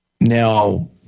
Now